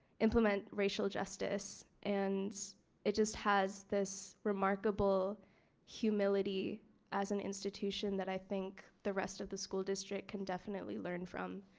implement racial justice and it just has this remarkable humility as an institution that i think the rest of the school district can definitely learn from.